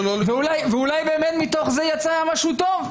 ואולי מתוך זה יצא משהו טוב,